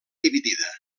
dividida